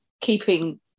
keeping